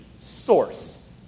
source